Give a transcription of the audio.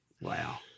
Wow